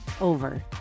over